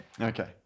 Okay